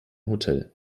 hotel